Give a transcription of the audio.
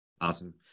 Awesome